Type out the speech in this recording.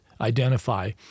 identify